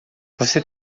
você